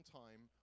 time